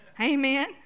Amen